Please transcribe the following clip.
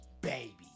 Baby